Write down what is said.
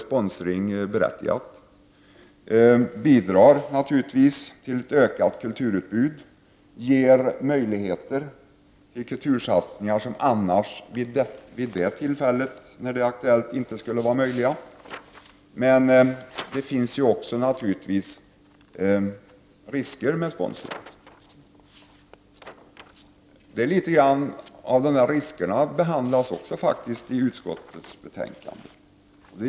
Sponsring bidrar till ett ökat kulturutbud och ger möjligheter till kultursatsningar som annars vid det aktuella tillfället inte skulle vara möjliga. Det finns naturligtvis även risker med sponsring. Dessa risker behandlas också i utskottets betänkande.